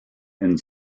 and